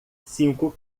cinco